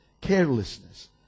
carelessness